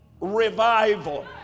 revival